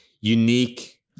unique